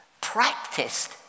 practiced